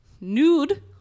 Nude